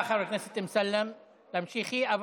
הרי עכשיו, תפסיק, שמעתי אותך.